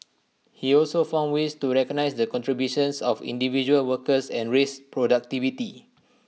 he also found ways to recognise the contributions of individual workers and raise productivity